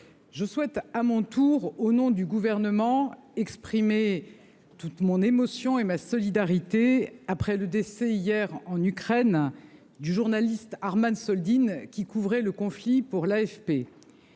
je souhaite à mon tour, au nom du Gouvernement, exprimer toute mon émotion et ma solidarité après le décès, hier, en Ukraine, du journaliste Arman Soldin, qui couvrait le conflit pour l'AFP.